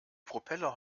propeller